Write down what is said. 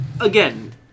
Again